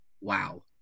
Wow